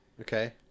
Okay